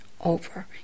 over